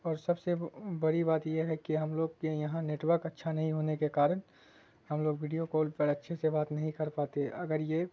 اور سب سے بڑی بات یہ ہے کہ ہم لوگ کے یہاں نیٹورک اچھا نہیں ہونے کے کارن ہم لوگ ویڈیو کال پر اچھے سے بات نہیں کر پاتے اگر یہ